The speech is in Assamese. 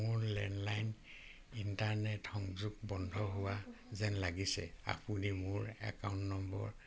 মোৰ লেণ্ডলাইন ইণ্টাৰনেট সংযোগ বন্ধ হোৱা যেন লাগিছে আপুনি মোৰ একাউণ্ট নম্বৰ